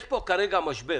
יש פה כרגע משבר.